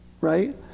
right